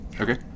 okay